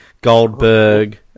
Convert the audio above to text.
Goldberg